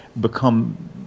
become